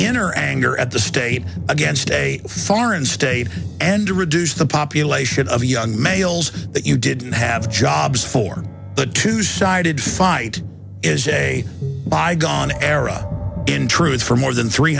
inner anger at the state against a foreign state and to reduce the population of young males that you didn't have jobs for the two sided fight is a bygone era in truth for more than three